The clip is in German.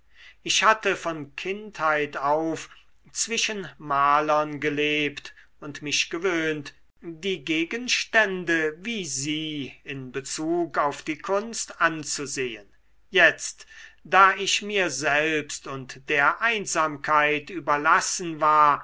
ich hatte von kindheit auf zwischen malern gelebt und mich gewöhnt die gegenstände wie sie in bezug auf die kunst anzusehen jetzt da ich mir selbst und der einsamkeit überlassen war